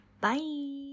Bye